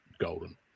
golden